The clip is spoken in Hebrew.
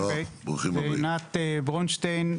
ועינת ברונשטיין,